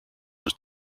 was